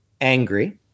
angry